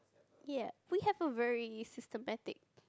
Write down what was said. ya we have a very systematic